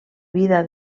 vida